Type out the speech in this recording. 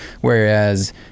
whereas